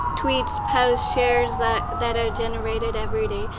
tweets, posts, shares, that that are generated everyday.